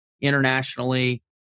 internationally